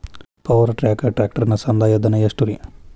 Power track ಟ್ರ್ಯಾಕ್ಟರನ ಸಂದಾಯ ಧನ ಎಷ್ಟ್ ರಿ?